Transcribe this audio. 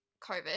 COVID